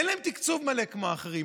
אין להם תקצוב מלא כמו האחרים.